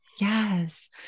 yes